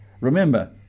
Remember